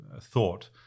thought